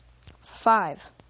Five